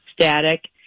static